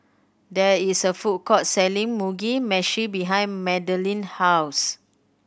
there is a food court selling Mugi Meshi behind Madilynn house